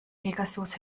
pegasus